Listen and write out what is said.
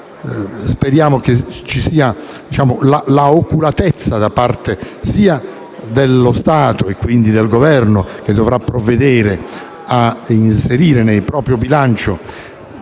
speriamo che ci sia oculatezza da parte dello Stato, e quindi del Governo che dovrà provvedere a inserire nel proprio bilancio